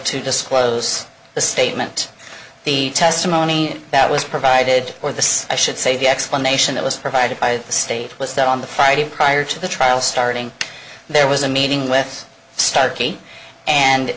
to disclose the statement the testimony that was provided or the i should say the explanation that was provided by the state was that on the friday prior to the trial starting there was a meeting with